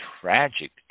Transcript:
tragic